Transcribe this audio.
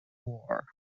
war